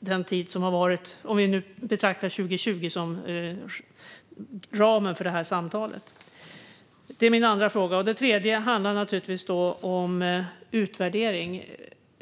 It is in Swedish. den tid som varit, om vi betraktar 2020 som ramen för samtalet? Den tredje frågan handlar om utvärdering.